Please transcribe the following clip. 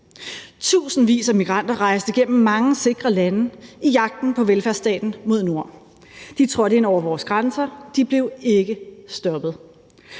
Tusindvis af migranter rejste gennem mange sikre lande i jagten på velfærdsstaten mod nord. De trådte ind over vores grænser, de blev ikke stoppet.